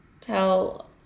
tell